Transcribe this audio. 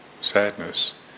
sadness